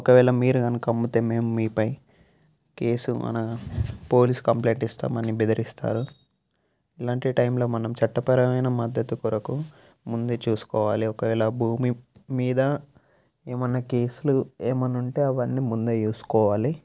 ఒకవేళ మీరు కనుక అమ్మితే మేము మీపై కేసు మన పోలీస్ కంప్లైంట్ ఇస్తామని బెదిరిస్తారు ఇలాంటి టైమ్లో మనం చట్టపరమైన మద్దతు కొరకు ముందే చూసుకోవాలి ఒకవేళ భూమి మీద ఏమన్నా కేసులు ఏమన్నుంటే అవన్నీ ముందే చేసుకోవాలి